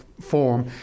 form